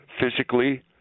physically